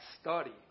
study